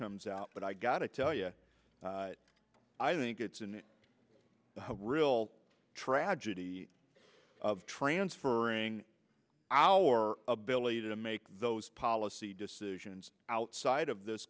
comes out but i gotta tell you i think it's in real tragedy transferring our ability to make those policy decisions outside of this